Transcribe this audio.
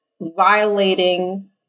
violating